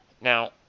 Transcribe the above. Now